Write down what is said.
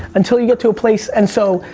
until you get to a place. and so,